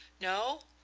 no?